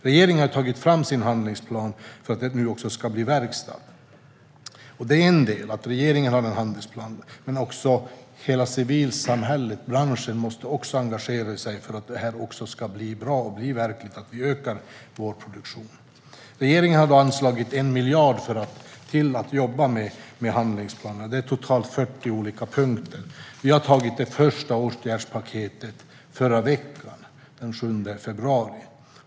Regeringen har tagit fram sin handlingsplan för att det nu också ska bli verkstad. Det är en del att regeringen har en handlingsplan, men hela civilsamhället, branschen, måste också engagera sig för att det här ska bli bra och för att vi ska öka vår produktion. Regeringen har anslagit 1 miljard till att jobba med handlingsplanen, och den består av totalt 40 olika punkter. Vi antog det första åtgärdspaketet i förra veckan, den 7 februari.